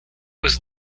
was